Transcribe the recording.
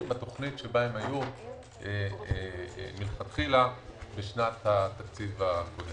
בתוכנית שבה הם היו מלכתחילה בשנת התקציב הקודמת.